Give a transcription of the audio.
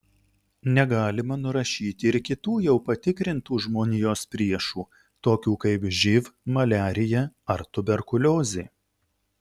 negalima nurašyti ir kitų jau patikrintų žmonijos priešų tokių kaip živ maliarija ar tuberkuliozė